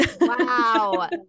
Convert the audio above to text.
Wow